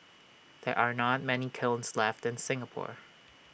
there are not many kilns left in Singapore